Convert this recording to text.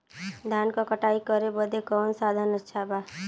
धान क कटाई करे बदे कवन साधन अच्छा बा?